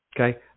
Okay